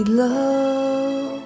love